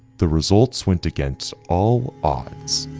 the results went against all odds